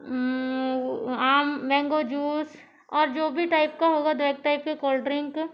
आम mango juice और जो भी टाइप का होगा दो एक टाइप का कोल्ड ड्रिंक